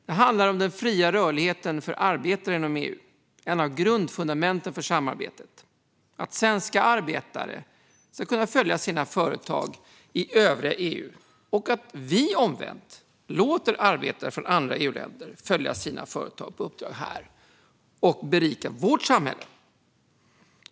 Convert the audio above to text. Det handlar om den fria rörligheten för arbetare inom EU, ett av grundfundamenten för samarbetet - att svenska arbetare ska kunna följa sina företag i övriga EU och att vi omvänt låter arbetare från andra EU-länder följa sina företag på uppdrag här och berika vårt samhälle.